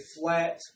flat